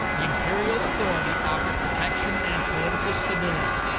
the imperial authority offered protection and political stability,